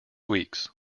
weeks